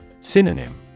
Synonym